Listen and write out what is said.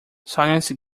silence